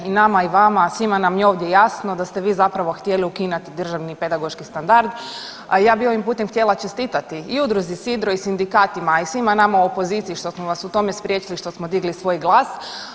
I nama i vama, svima nam je ovdje jasno da ste vi zapravo htjeli ukinut državni pedagoški standard, a ja bi ovim putem htjela čestitati i Udruzi „Sidro“ i sindikatima, a i svima nama u opoziciji što smo vas u tome spriječili što smo digli svoj glas.